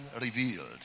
revealed